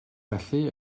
felly